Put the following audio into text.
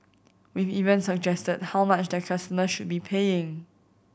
we've even suggested how much their customer should be paying